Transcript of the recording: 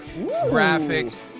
graphics